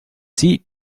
seat